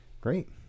Great